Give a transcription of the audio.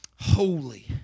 holy